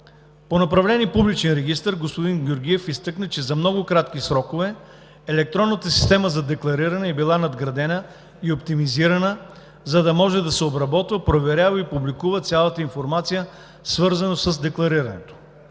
По направление „Публичен регистър“ – господин Георгиев изтъкна, че за много кратки срокове електронната система на деклариране е била надградена и оптимизирана, за да може да се обработва, проверява и публикува цялата информация, свързана с декларирането.